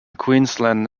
queensland